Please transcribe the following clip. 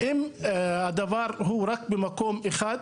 ואם הדבר הוא רק במקום אחד,